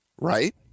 right